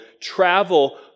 travel